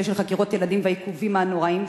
של חקירות ילדים והעיכובים הנוראיים שם.